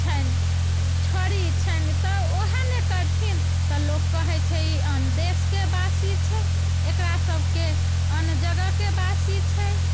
छनि छड़ी छनि तऽ ओएह ने करथिन तऽ लोक कहैत छै आन देशके वासी छै एकरा सबके आन जगहके वासी छै